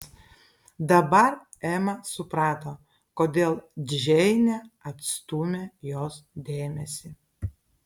dabar ema suprato kodėl džeinė atstūmė jos dėmesį